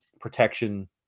protection